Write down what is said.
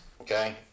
okay